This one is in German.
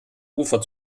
ufer